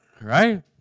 right